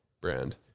brand